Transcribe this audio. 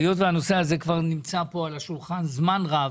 והיות והנושא הזה כבר נמצא על השולחן זמן רב,